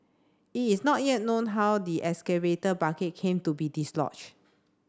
it is not yet known how the excavator bucket came to be dislodged